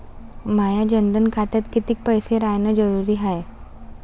माया जनधन खात्यात कितीक पैसे रायन जरुरी हाय?